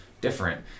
different